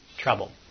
trouble